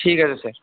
ঠিক আছে স্যার